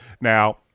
Now